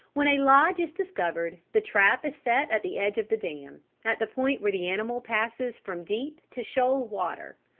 when a lodge is discovered the trap is set at the edge of the dam, at the point where the animal passes from deep to shoal water.